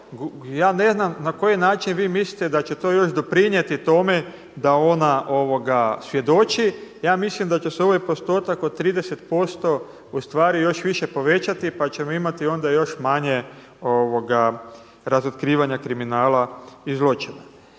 ja ne znam na koji način vi mislite da će to još doprinijeti tome da ona svjedoči. Ja mislim da će se ovaj postotak od 30% ustvari još više povećati pa ćemo imati onda još manje razotkrivanja kriminala i zločina.